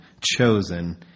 chosen